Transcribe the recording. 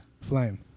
flame